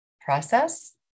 process